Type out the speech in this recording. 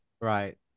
Right